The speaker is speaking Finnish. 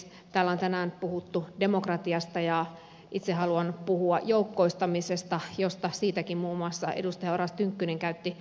täällä on tänään puhuttu demokratiasta ja itse haluan puhua joukkoistamisesta josta siitäkin muun muassa edustaja oras tynkkynen käytti hyvän puheenvuoron